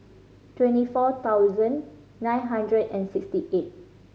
twenty four thousand nine hundred and sixty eight